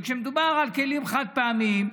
וכשמדובר על כלים חד-פעמיים,